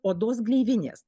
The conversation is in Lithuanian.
odos gleivinės